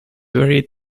very